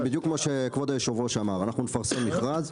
בדיוק מה שכבוד היושב-ראש אמר נפרסם מכרז,